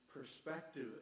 perspective